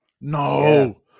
No